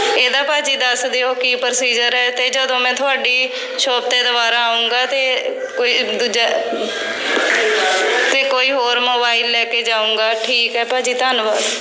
ਇਹਦਾ ਭਾਅ ਜੀ ਦੱਸ ਦਿਓ ਕੀ ਪ੍ਰੋਸੀਜ਼ਰ ਹੈ ਅਤੇ ਜਦੋਂ ਮੈਂ ਤੁਹਾਡੀ ਸ਼ੋਪ 'ਤੇ ਦੁਬਾਰਾ ਆਉਂਗਾ ਅਤੇ ਕੋਈ ਦੂਜਾ ਅਤੇ ਕੋਈ ਹੋਰ ਮੋਬਾਈਲ ਲੈ ਕੇ ਜਾਊਂਗਾ ਠੀਕ ਹੈ ਭਾਅ ਜੀ ਧੰਨਵਾਦ